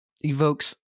evokes